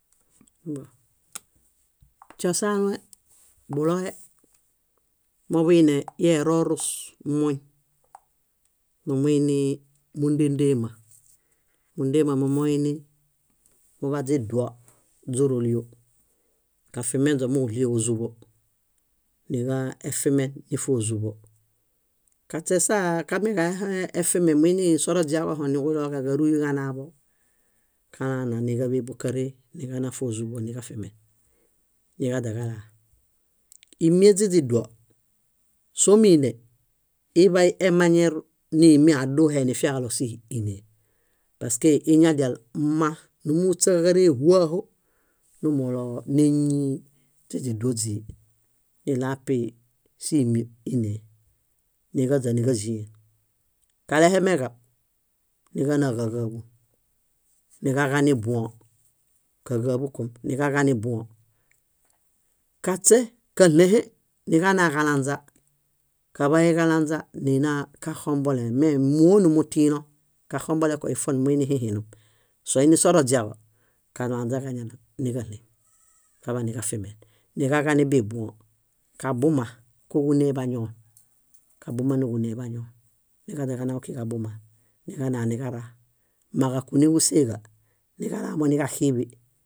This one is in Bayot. Śosaanue, buloe boḃuine íi erorus moñ, numuini múndedema. Múndemamo moini, muḃa źiduo źóroluo. Kafimeźo muġlie ózuḃo; niġafimen nífozuḃo. Kaśesa kamiġahe efimen, muini soroźiaġohom, níġuɭoġaġaruyu kanaḃo kalana niġaḃe bóġaree niġana fózuḃo niġafimen niġaźaniġalaa. Ímieṗ źiźiduo, sómine, iḃa emañier niimi aduhe nifiaġaɭo síhiinee paske iñadia mma nímuhuśaġaree húaho nimulo néñi źiźiduo źíi. Niɭoapi símieṗ ínee. Niġaźa níġazien. Kalehemeġab, niġana ġáġaaḃun, niġaġanibuõ, káġaaḃukom, niġaġanibuõ. Kaśe káɭũhe, niġanaġalanźa; kaḃayuġalanźa, nina kaxombole. Mee móo nimutiilõ. Kaxomboleko ífo nimuini hihinum. Soimi soroźiaġo, kalanźaġañana níġaleŋ kaḃaniġafime, niġaġanibibũu. Kabuma, kóġuñane bañoon, kabuma níġune bañoon. Niġaźaniġanau kaġabuma niíġananiġara. Mmaġakune ġúseeġa, niġalamo niġaxiiḃi.